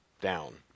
down